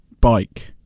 bike